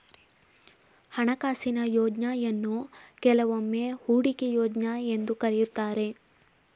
ಹಣಕಾಸಿನ ಯೋಜ್ನಯನ್ನು ಕೆಲವೊಮ್ಮೆ ಹೂಡಿಕೆ ಯೋಜ್ನ ಎಂದು ಕರೆಯುತ್ತಾರೆ